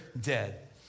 dead